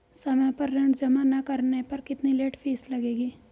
समय पर ऋण जमा न करने पर कितनी लेट फीस लगेगी?